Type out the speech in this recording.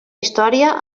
història